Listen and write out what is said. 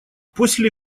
после